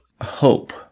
Hope